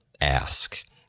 ask